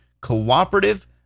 cooperative